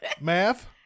math